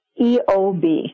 EOB